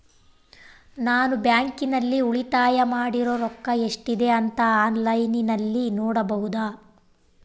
ನಾನು ಬ್ಯಾಂಕಿನಲ್ಲಿ ಉಳಿತಾಯ ಮಾಡಿರೋ ರೊಕ್ಕ ಎಷ್ಟಿದೆ ಅಂತಾ ಆನ್ಲೈನಿನಲ್ಲಿ ನೋಡಬಹುದಾ?